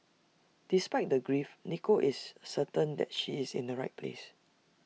despite the grief Nicole is certain that she is in the right place